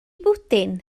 bwdin